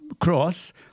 cross